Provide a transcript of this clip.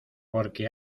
porque